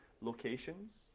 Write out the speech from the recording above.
locations